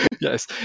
Yes